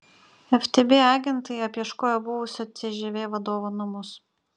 ftb agentai apieškojo buvusio cžv vadovo namus